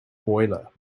boiler